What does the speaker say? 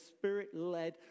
Spirit-led